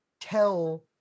tell